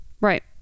Right